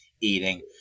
eating